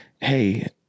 Hey